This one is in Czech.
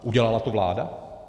Udělala to vláda?